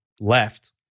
left